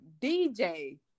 dj